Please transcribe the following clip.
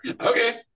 Okay